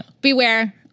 Beware